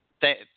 Thank